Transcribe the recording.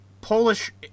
Polish